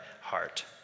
heart